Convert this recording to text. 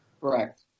Correct